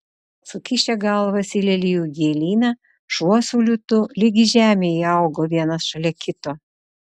sukišę galvas į lelijų gėlyną šuo su liūtu lyg į žemę įaugo vienas šalia kito